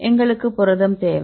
எங்களுக்கு புரதம் தேவை